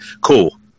cool